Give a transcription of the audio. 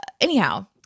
Anyhow